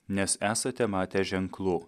nes esate matę ženklų